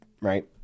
right